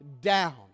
down